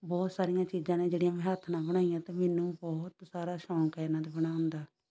ਬਹੁਤ ਸਾਰੀਆਂ ਚੀਜ਼ਾਂ ਨੇ ਜਿਹੜੀਆਂ ਮੈਂ ਹੱਥ ਨਾਲ ਬਣਾਈਆਂ ਅਤੇ ਮੈਨੂੰ ਬਹੁਤ ਸਾਰਾ ਸ਼ੌਂਕ ਇਹਨਾਂ ਦਾ ਬਣਾਉਣ ਦਾ